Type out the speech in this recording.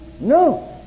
No